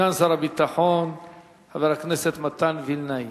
סגן שר הביטחון חבר הכנסת מתן וילנאי.